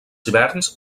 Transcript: hiverns